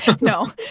no